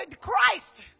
Christ